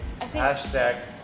hashtag